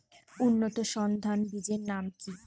উন্নত সর্ন ধান বীজের নাম কি?